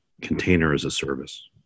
container-as-a-service